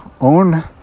own